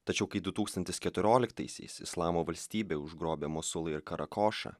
tačiau kai du tūkstanis keturioliktaisiais islamo valstybė užgrobiamos musulą ir karakošą